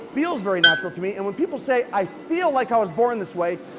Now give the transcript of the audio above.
feels very natural to me and when people say, i feel like i was born this way,